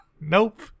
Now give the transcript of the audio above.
nope